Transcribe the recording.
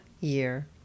year